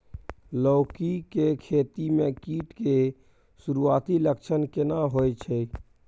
लौकी के खेती मे कीट के सुरूआती लक्षण केना होय छै?